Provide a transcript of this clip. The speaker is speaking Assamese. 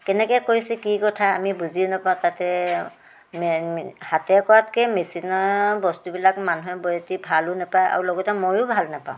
কেনেকৈ কৰিছে কি কথা আমি বুজিও নাপাওঁ তাতে হাতে কৰাতকৈ মেচিনৰ বস্তুবিলাক মানুহে বৰ এটি ভালো নাপায় আৰু লগতে মইও ভাল নাপাওঁ